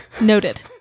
noted